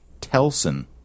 Telson